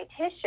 dietitian